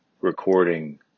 recording